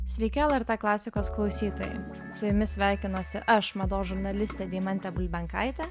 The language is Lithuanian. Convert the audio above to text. sveiki lrt klasikos klausytojai su jumis sveikinuosi aš mados žurnalistė deimantė bulbenkaitė